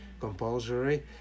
compulsory